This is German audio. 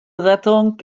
rettung